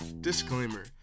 Disclaimer